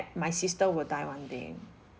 my sister will die one day